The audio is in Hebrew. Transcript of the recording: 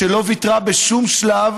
שלא ויתרה בשום שלב